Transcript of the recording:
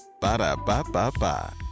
Ba-da-ba-ba-ba